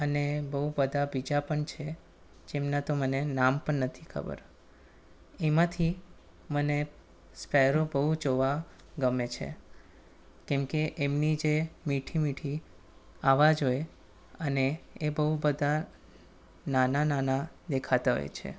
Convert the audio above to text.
અને બહુ બધા બીજા પણ છે જેમના તો મને નામ પણ નથી ખબર એમાંથી મને સ્પેરો બહુ જોવા ગમે છે કેમકે એમની જે મીઠી મીઠી આવાજ હોય અને એ બહુ બધા નાના નાના દેખાતા હોય છે